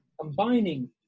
combining